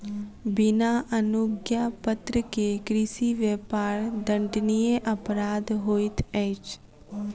बिना अनुज्ञापत्र के कृषि व्यापार दंडनीय अपराध होइत अछि